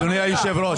היושב ראש,